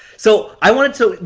so, i want to.